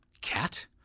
Cat